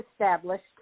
established